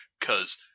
cause